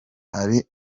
hari